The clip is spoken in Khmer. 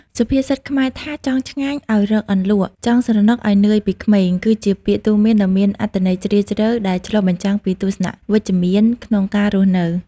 សុភាសិតខ្មែរថា "ចង់ឆ្ងាញ់ ឲ្យរកអន្លក់ / ចង់ស្រណុកឲ្យនឿយពីក្មេង" គឺជាពាក្យទូន្មានដ៏មានអត្ថន័យជ្រាលជ្រៅដែលឆ្លុះបញ្ចាំងពីទស្សនៈវិជ្ជមានក្នុងការរស់នៅ។